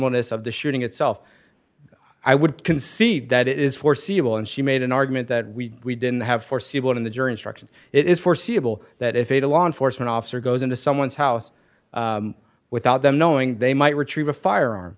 oneness of the shooting itself i would concede that is foreseeable and she made an argument that we didn't have foreseeable in the jury instructions it is foreseeable that if a law enforcement officer goes into someone's house without them knowing they might retrieve a firearm